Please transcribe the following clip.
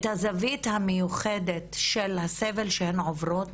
את הזווית המיוחדת של הסבל שהן עוברות